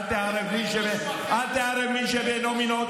אל תערב מין בשאינו מינו.